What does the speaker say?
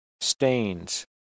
stains